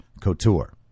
couture